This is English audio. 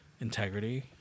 integrity